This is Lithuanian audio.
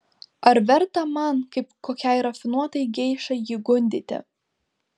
ar verta man kaip kokiai rafinuotai geišai jį gundyti